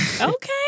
Okay